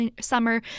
summer